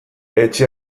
etxe